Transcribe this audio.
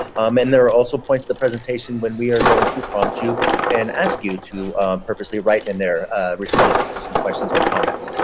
um and there are also points the presentation when we are going to prompt you and ask you to purposely write in their responses to some questions or comments.